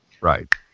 Right